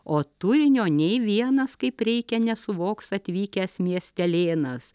o turinio nei vienas kaip reikia nesuvoks atvykęs miestelėnas